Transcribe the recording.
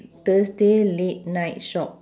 thursday late night shop